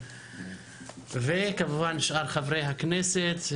שאר חברי הכנסת,